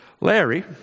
Larry